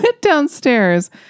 downstairs